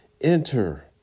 enter